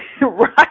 right